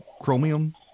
chromium